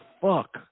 fuck